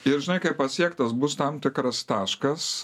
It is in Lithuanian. ir žinai kai pasiektas bus tam tikras taškas